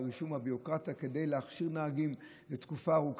הרישום והביורוקרטיה כדי להכשיר נהגים זו תקופה ארוכה,